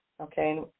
okay